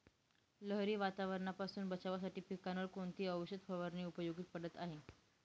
लहरी वातावरणापासून बचावासाठी पिकांवर कोणती औषध फवारणी उपयोगी पडत आहे?